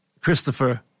Christopher